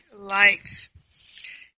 life